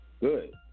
Good